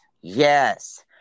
Yes